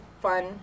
fun